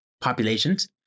populations